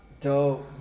Dope